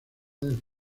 del